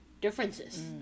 differences